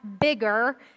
bigger